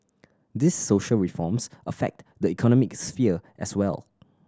these social reforms affect the economic sphere as well